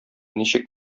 ничек